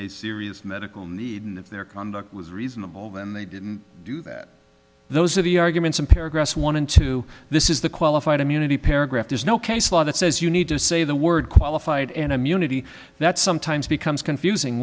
a serious medical need and if their conduct was reasonable then they didn't do that those are the arguments in paragraphs one and two this is the qualified immunity paragraph there's no case law that says you need to say the word qualified and immunity that sometimes becomes confusing